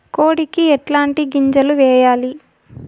కోడికి ఎట్లాంటి గింజలు వేయాలి?